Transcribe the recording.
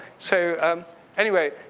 so um anyway,